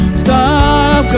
stop